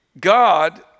God